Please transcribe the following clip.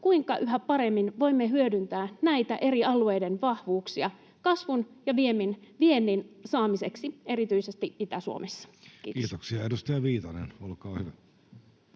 kuinka yhä paremmin voimme hyödyntää näitä eri alueiden vahvuuksia kasvun ja viennin saamiseksi erityisesti Itä-Suomessa? Kiitoksia. — Edustaja Viitanen, olkaa hyvä.